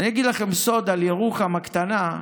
אני אגיד לכם סוד על ירוחם הקטנה: